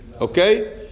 okay